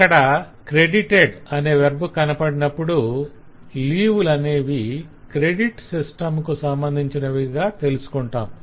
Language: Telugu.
అక్కడ 'credited' అనే వెర్బ్ కనపడినప్పుడు లీవ్ లనేవి క్రెడిట్ సిస్టం కు సంబంధించినవని తెలుసుకుంటాము